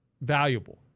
valuable